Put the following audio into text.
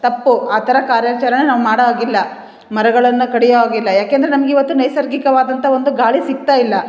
ತಪ್ಪು ಆ ಥರ ಕಾರ್ಯಾಚರಣೆ ನಾವು ಮಾಡೋ ಹಾಗಿಲ್ಲ ಮರಗಳನ್ನು ಕಡಿಯೊ ಹಾಗಿಲ್ಲ ಯಾಕೆಂದರೆ ನಮ್ಗೆ ಇವತ್ತು ನೈಸರ್ಗಿಕವಾದಂತ ಒಂದು ಗಾಳಿ ಸಿಗ್ತಾ ಇಲ್ಲ